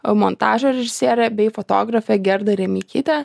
montažo režisiere bei fotografe gerda remeikyte